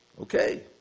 Okay